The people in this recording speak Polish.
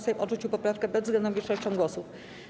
Sejm odrzucił poprawkę bezwzględną większością głosów.